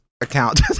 account